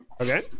Okay